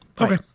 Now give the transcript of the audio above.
Okay